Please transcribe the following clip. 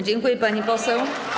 Dziękuję, pani poseł.